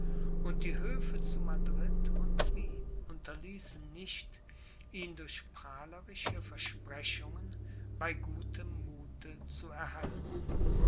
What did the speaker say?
und die höfe zu madrid und wien unterließen nicht ihn durch prahlerische versprechungen bei gutem muthe zu erhalten